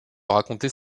raconter